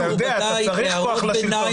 אתה צריך כוח לשלטון.